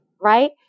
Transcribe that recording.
Right